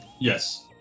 yes